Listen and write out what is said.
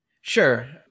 Sure